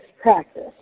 practice